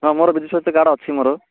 ହଁ ମୋର ବିଜୁ ସ୍ୱାସ୍ଥ୍ୟ କାର୍ଡ଼ ଅଛି ମୋର